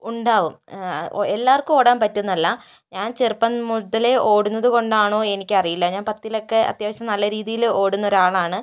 ഉണ്ടാവും എല്ലാവര്ക്കും ഓടാന് പറ്റും എന്നല്ല ഞാന് ചെറുപ്പം മുതലേ ഓടുന്നത് കൊണ്ടാണോ എനിക്കറിയില്ല ഞാന് പത്തിലൊക്കെ അത്യാവശ്യം നല്ല രീതിയിൽ ഓടുന്നൊരാളാണ്